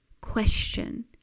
question